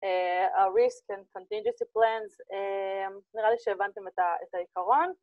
risk and contingency plans, נראה לי שהבנתם את העיקרון